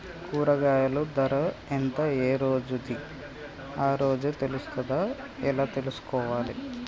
కూరగాయలు ధర ఎంత ఏ రోజుది ఆ రోజే తెలుస్తదా ఎలా తెలుసుకోవాలి?